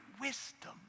wisdom